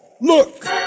Look